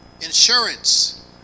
insurance